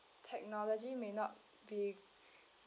technology may not be